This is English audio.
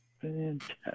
Fantastic